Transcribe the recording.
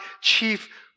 chief